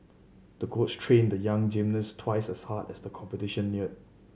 the coach trained the young gymnast twice as hard as the competition neared